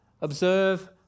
observe